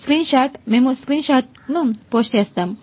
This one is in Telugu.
స్క్రీన్ షాట్ మేము స్క్రీన్ షాట్ ను పోస్ట్ చేస్తాము